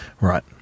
Right